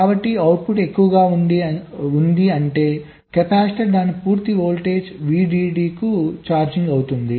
కాబట్టి అవుట్పుట్ ఎక్కువగా ఉంది అంటే కెపాసిటర్ దాని పూర్తి వోల్టేజ్ VDD కు ఛార్జింగ్ అవుతోంది